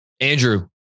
Andrew